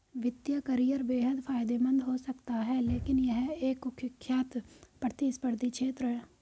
वित्तीय करियर बेहद फायदेमंद हो सकता है लेकिन यह एक कुख्यात प्रतिस्पर्धी क्षेत्र है